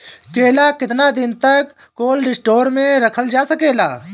केला केतना दिन तक कोल्ड स्टोरेज में रखल जा सकेला?